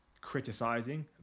criticizing